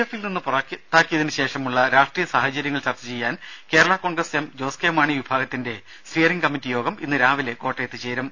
എഫിൽ നിന്ന് പുറത്താക്കിയതിനു ശേഷമുള്ള രാഷ്ട്രീയ സാഹചര്യങ്ങൾ ചർച്ച ചെയ്യാൻ കേരളാ കോൺഗ്രസ് എം ജോസ് കെ മാണി വിഭാഗത്തിന്റെ സ്റ്റിയറിംഗ് കമ്മിറ്റി യോഗം ഇന്നു രാവിലെ കോട്ടയത്ത് ചേരും